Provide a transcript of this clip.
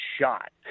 shot